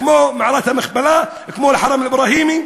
כמו מערת המכפלה, כמו אל-חרם אל-אברהימי.